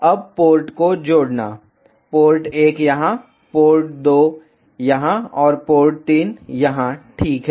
अब पोर्ट को जोड़ना पोर्ट 1 यहां पोर्ट 2 यहां और पोर्ट 3 यहां ठीक है